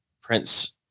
Prince